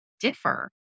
differ